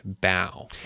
bow